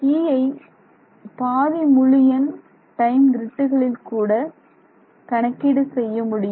Eஐ என்பது பாதி முழு எண் டைம் க்ரிட்டுகளில் கூட கணக்கீடு செய்ய முடியும்